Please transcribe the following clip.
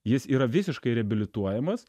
jis yra visiškai reabilituojamas